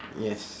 yes